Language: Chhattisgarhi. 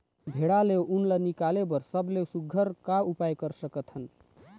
भेड़ा ले उन ला निकाले बर सबले सुघ्घर का उपाय कर सकथन?